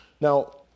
Now